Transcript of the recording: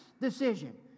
decision